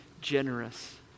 generous